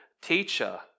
teacher